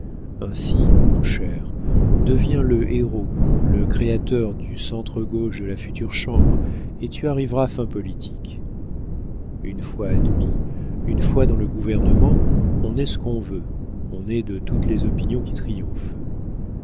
ainsi mon cher deviens le héros l'appui le créateur du centre gauche de la future chambre et tu arriveras en politique une fois admis une fois dans le gouvernement on est ce qu'on veut on est de toutes les opinions qui triomphent